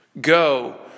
go